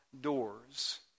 doors